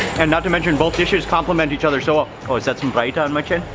and not to mention, both dishes complement each other, so, ah oh, is that some raita on my chin?